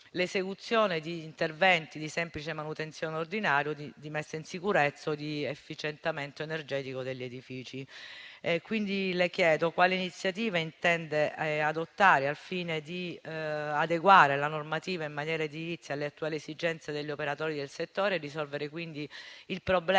l'esecuzione di interventi di semplice manutenzione ordinaria, di messa in sicurezza o di efficientamento energetico degli edifici. Le chiedo quali iniziative intende adottare al fine di adeguare la normativa in materia edilizia alle attuali esigenze degli operatori del settore e di risolvere quindi il problema